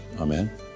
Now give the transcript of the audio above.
Amen